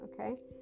okay